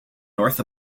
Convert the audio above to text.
north